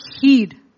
heed